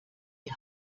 die